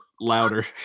louder